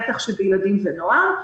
בטח שבילדים ובנוער.